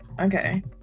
okay